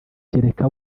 kereka